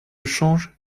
change